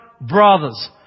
brothers